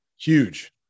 Huge